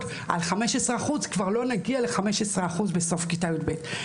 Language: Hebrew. על 15% כבר לא נגיע ל-15% בסוף כיתה י"ב.